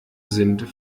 sind